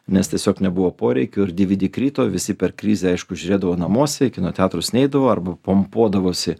nes tiesiog nebuvo poreikių ir dvd krito visi per krizę aišku žiūrėdavo namuose į kino teatrus neidavo arba pompuodavosi